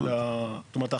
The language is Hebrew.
זאת אומרת,